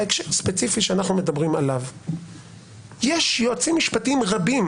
בהקשר הספציפי שאנחנו מדברים עליו יש יועצים משפטיים רבים